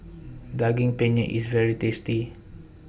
Daging Penyet IS very tasty